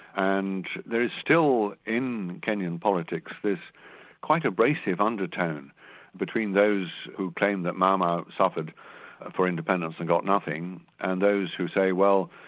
and there is still in kenyan politics, this quite abrasive undertone between those claim that mau mau suffered for independence and got nothing, and those who say, well,